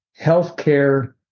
Healthcare